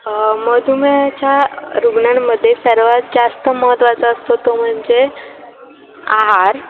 मधुमेहाच्या रुग्णांमध्ये सर्वात जास्त महत्त्वाचा असतो तो म्हणजे आहार